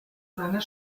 seiner